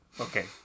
Okay